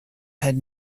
had